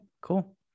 cool